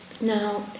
Now